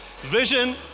Vision